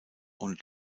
und